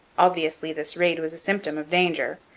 obviously this raid was a symptom of danger,